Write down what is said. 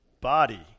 body